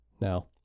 now